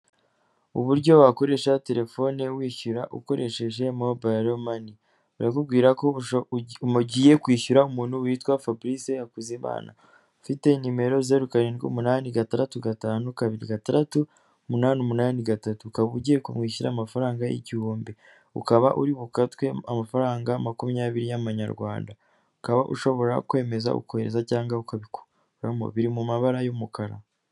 Uburyo wakoresha telefone wishyura ukoresheje mobile money, barakubwira ko mugiye kwishyura umuntu witwa Fabrice Hakuzimana, ufite nimero zero karindwi, umunani gatandatu gatanu kabiri gatandatu, umunani umunani gatatu, Ukaba ugiye kumwishyura amafaranga igiihumbi, ukaba uri bukatwe amafaranga makumyabiri y'amanyarwanda, ukaba ushobora kwemeza ukohereza cyangwa ukabikuramo, biri mu mabara y'umukara.